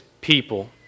people